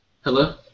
Hello